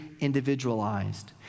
individualized